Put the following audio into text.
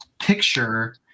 picture